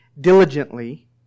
diligently